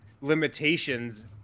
limitations